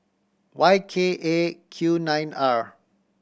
Y K A Q nine R